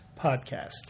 podcast